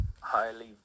highly